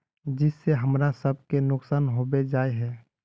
जिस से हमरा सब के नुकसान होबे जाय है?